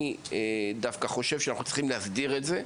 אני דווקא חושב שאנחנו צריכים להסדיר את זה.